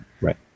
Right